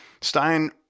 Stein